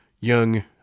young